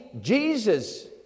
Jesus